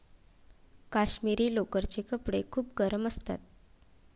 काश्मिरी लोकरचे कपडे खूप गरम असतात